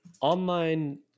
Online